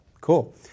Cool